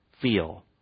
feel